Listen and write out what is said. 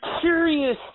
curious